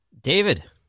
David